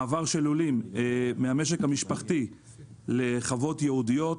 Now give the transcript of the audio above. מעבר של לולים מהמשק המשפחתי לחוות ייעודיות.